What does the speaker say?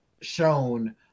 shown